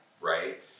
right